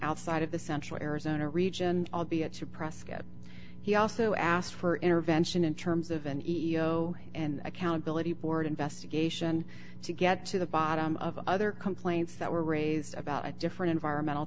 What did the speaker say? outside of the central arizona region albeit to prescott he also asked for intervention in terms of an ego and accountability board investigation to get to the bottom of other complaints that were raised about a different environmental